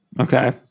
Okay